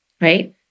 right